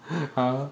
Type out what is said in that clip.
!huh!